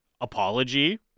apology